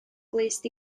glust